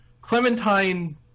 Clementine